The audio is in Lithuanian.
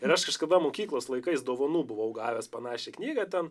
ir aš kažkada mokyklos laikais dovanų buvau gavęs panašią knygą ten